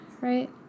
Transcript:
right